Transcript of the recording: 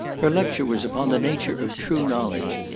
her lecture was upon the nature of true knowledge,